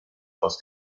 aus